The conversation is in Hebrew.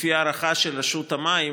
לפי הערכה של רשות המים,